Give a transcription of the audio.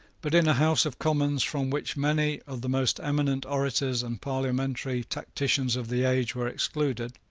but in a house of commons from which many of the most eminent orators and parliamentary tacticians of the age were excluded,